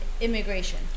immigration